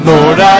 Lord